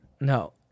No